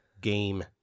Game